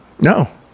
No